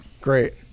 Great